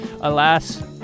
alas